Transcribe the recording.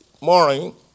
morning